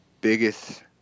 biggest